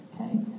Okay